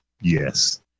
Yes